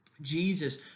Jesus